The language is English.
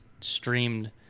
streamed